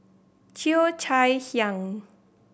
Cheo Chai Hiang